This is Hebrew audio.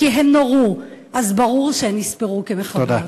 הן נורו אז ברור שהן נספרו כמחבלות.